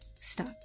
Stop